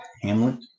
Hamlet